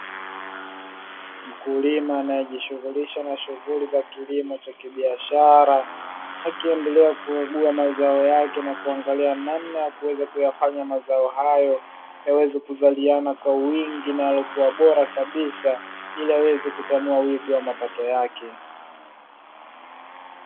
Mkulima anayejishughulisha na shughuli za kilimo cha kibiashara ,akiendelea kukagua mazao yake na kuangalia namna ya kuweza kuyafanya mazao hayo yaweze kuzaliana kwa wingi nakuwa bora kabisa, ili aweze kutanua wigo wa mapato yake.